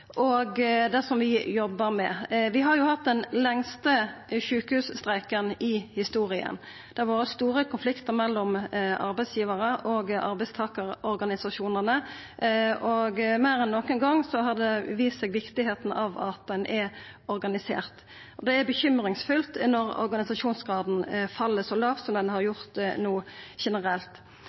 erfaringar og det vi jobbar med. Vi har hatt den lengste sjukehusstreiken i historia. Det har vore store konfliktar mellom arbeidsgivarar og arbeidstakarorganisasjonane, og meir enn nokon gang har viktigheita av å vera organsert vist seg. Det er grunn til å vera uroleg når organisasjonsgraden generelt fell så lågt som han har gjort no.